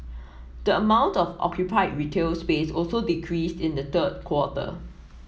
the amount of occupied retail space also decreased in the third quarter